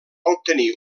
obtenir